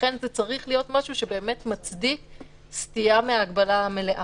לכן זה צריך להיות משהו שיצדיק סטייה מההגבלה המלאה.